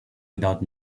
without